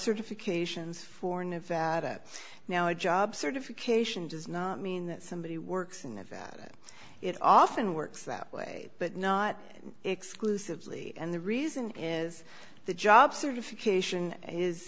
certifications for nevada now a job certification does not mean that somebody works in a vat it often works that way but not exclusively and the reason is the job certification is